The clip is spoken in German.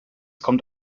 kommt